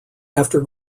after